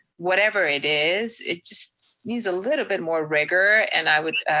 whatever it is, it just needs a little bit more rigor, and i would